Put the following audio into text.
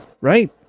right